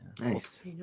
Nice